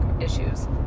issues